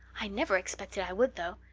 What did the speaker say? i never expected i would, though.